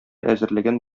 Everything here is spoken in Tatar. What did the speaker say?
әзерләгән